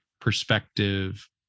perspective